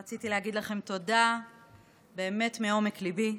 רציתי להגיד לכם תודה באמת מעומק ליבי.